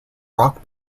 rock